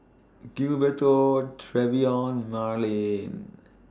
Gilberto Trevion Marylyn